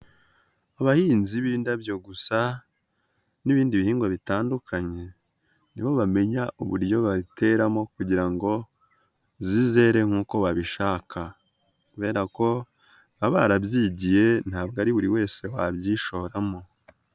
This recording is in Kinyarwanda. Abahinzi b'indabyo gusa n'ibindi bihingwa bitandukanye nibo bamenya uburyo bayiteramo kugira ngo zizere nk'uko babishaka kubera ko baba barabyigiye ntabwo ari buri wese wabyishoramo.